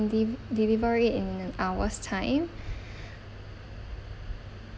de~ deliver it in an hour's time